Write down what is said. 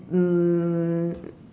um